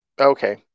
Okay